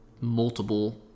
multiple